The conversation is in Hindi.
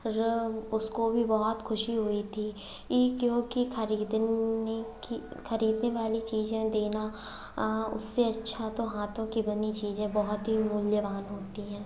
जब उसको भी बहुत खुशी हुई थी ये क्योंकि खरीदने की खरीदने वाली चीज़ें देना उससे अच्छा तो हाथों की बनी चीज़ें बहुत ही मूल्यवान होती हैं